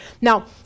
Now